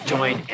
Join